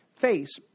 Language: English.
face